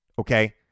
Okay